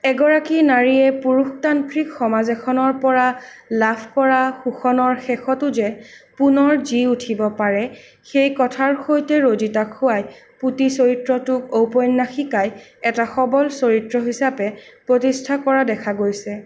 এগৰাকী নাৰীয়ে পুৰুষতান্ত্ৰিক সমাজ এখনৰ পৰা লাভ কৰা শোষণৰ শেষতো যে পুনৰ জী উঠিব পাৰে সেই কথাৰ সৈতে ৰজিতা খোৱাই পুতি চৰিত্ৰটোক ঔপন্যাসিকাই এটা সৱল চৰিত্ৰ হিচাপে প্ৰতিষ্ঠা কৰা দেখা গৈছে